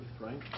right